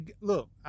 look